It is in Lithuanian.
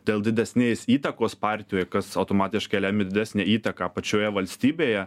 dėl didesnės įtakos partijoj kas automatiškai lemia didesnę įtaką pačioje valstybėje